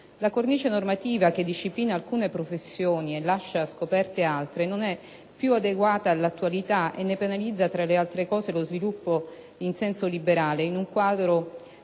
La cornice normativa che disciplina alcune professioni e lascia scoperte altre non è più adeguata all'attualità e ne penalizza, tra le altre cose, lo sviluppo in senso liberale, in un quadro